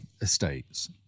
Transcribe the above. estates